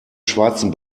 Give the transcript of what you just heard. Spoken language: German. schwarzen